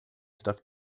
stuff